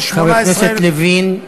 חבר הכנסת לוין.